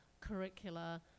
curricula